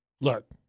Look